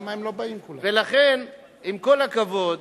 עם כל הכבוד,